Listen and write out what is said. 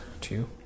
Two